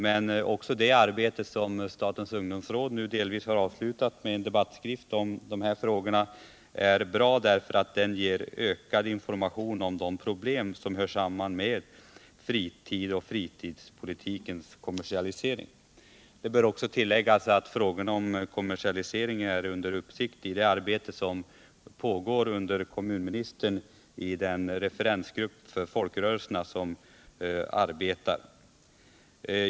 Men också det arbete som statens ungdomsråd nu delvis har avslutat med en debatiskrift om dessa frågor är bra, därför att den ger ökad information om de problem som hör samman med fritiden och fritidspolitikens kommersialisering. Det bör också ti:läggas att frågorna om kommersialisering är under uppsikt i den referensgrupp för folkrörelserna under kommunministern som arbetar.